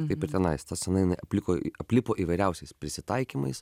taip ir tenais tas scena ji apliko aplipo įvairiausiais prisitaikymais